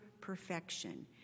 Perfection